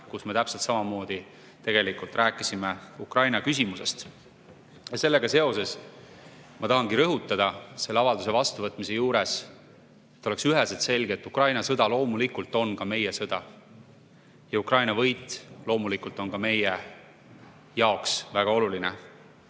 kus me samamoodi rääkisime Ukraina küsimusest. Sellega seoses ma tahangi rõhutada selle avalduse vastuvõtmise juures, et oleks üheselt selge: Ukraina sõda loomulikult on ka meie sõda. Ukraina võit on ka meie jaoks väga oluline.